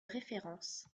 référence